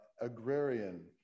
agrarian